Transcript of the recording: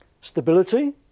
Stability